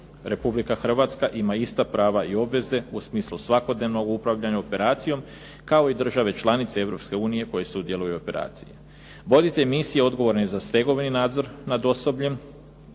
Republika Hrvatska ima ista prava i obveze u smislu svakodnevnog upravljanja operacijom kao i države članice Europske unije koje sudjeluju u operaciji. Voditelj misije je odgovoran za stegovni nadzor nad osobljem.